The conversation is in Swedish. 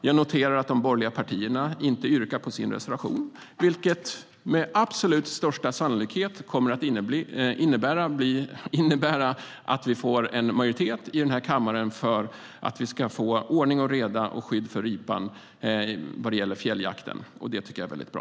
Jag noterar att de borgerliga partierna inte yrkar bifall till sin reservation, vilket med absolut största sannolikhet kommer att innebära att vi får en majoritet i den här kammaren för att vi ska få ordning och reda och skydd för ripan vad det gäller fjälljakten. Det tycker jag är väldigt bra.